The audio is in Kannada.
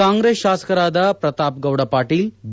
ಕಾಂಗ್ರೆಸ್ ಶಾಸಕರಾದ ಪ್ರತಾಪ್ಗೌಡ ಪಾಟೀಲ್ ಬಿ